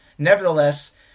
Nevertheless